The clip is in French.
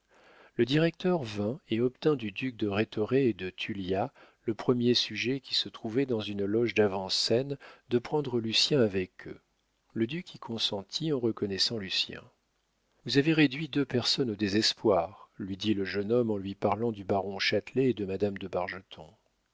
le directeur vint et obtint du duc de rhétoré et de tullia le premier sujet qui se trouvaient dans une loge d'avant-scène de prendre lucien avec eux le duc y consentit en reconnaissant lucien vous avez réduit deux personnes au désespoir lui dit le jeune homme en lui parlant du baron châtelet et de madame de